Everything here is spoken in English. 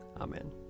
Amen